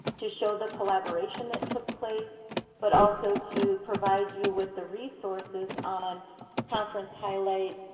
to show the collaboration that took place but also to provide you with the resources on on conference highlights.